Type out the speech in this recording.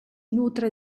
nutre